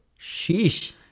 Sheesh